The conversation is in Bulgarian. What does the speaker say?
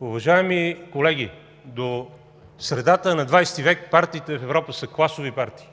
Уважаеми колеги, до средата на XX век партиите в Европа са класови партии